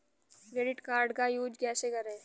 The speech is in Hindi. क्रेडिट कार्ड का यूज कैसे करें?